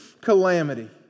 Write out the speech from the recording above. calamity